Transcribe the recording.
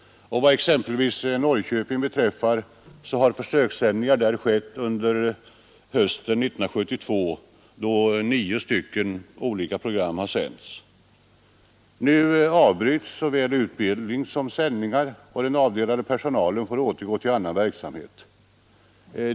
Vad exempelvis Norrköping beträffar har försökssändningar där skett under hösten 1972, då nio olika program har sänts. Nu avbryts såväl utbildning som sändningar, och den avdelade personalen får återgå till annan verksamhet.